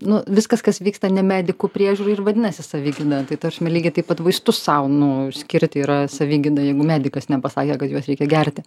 nu viskas kas vyksta ne medikų priežiūroj ir vadinasi savigyda tai ta prasme lygiai taip pat vaistus sau nu skirt yra savigyda jeigu medikas nepasakė kad juos reikia gerti